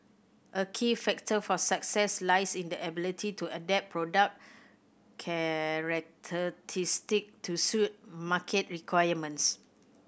a key factor for success lies in the ability to adapt product to suit market requirements